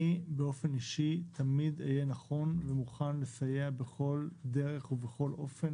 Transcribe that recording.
אני באופן אישי תמיד אהיה נכון ומוכן לסייע בכל דרך ובכל אופן,